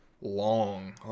long